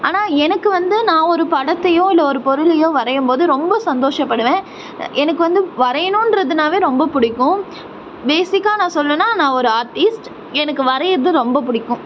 ஆனால் எனக்கு வந்து நான் ஒரு படத்தையோ இல்லை ஒரு பொருளையோ வரையும் போது ரொம்ப சந்தோஷப்படுவேன் எனக்கு வந்து வரையணும்ன்றதுனாவே ரொம்ப பிடிக்கும் பேசிக்காக நான் சொல்லனும்னா நான் ஒரு ஆர்ட்டிஸ்ட் எனக்கு வரையிறது ரொம்ப பிடிக்கும்